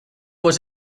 was